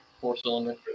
four-cylinder